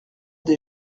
des